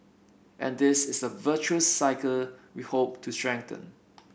and this is the virtuous cycle we hope to strengthen